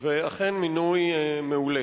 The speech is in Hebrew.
זה אכן מינוי מעולה.